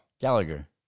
Gallagher